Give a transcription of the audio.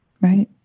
right